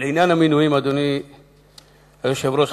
אדוני היושב-ראש,